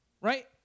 Right